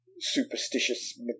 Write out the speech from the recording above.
superstitious